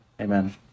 Amen